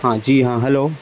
ہاں جی ہاں ہلو